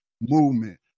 movement